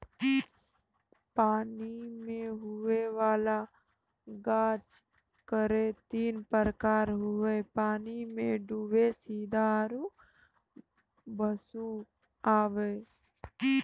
पानी मे हुवै वाला गाछ केरो तीन प्रकार हुवै छै पानी मे डुबल सीधा आरु भसिआइत